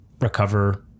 recover